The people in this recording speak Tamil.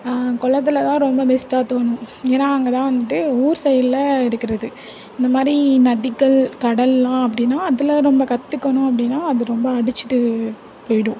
குளத்துல தான் ரொம்ப பெஸ்ட்டாக தோணும் ஏன்னா அங்கேதான் வந்துட்டு ஊர் சைடில் இருக்கிறது இந்தமாதிரி நதிகள் கடல்லாம் அப்படின்னா அதில் நம்ம கத்துக்கணும் அப்படின்னா அது ரொம்ப அடிச்சிட்டு போய்டும்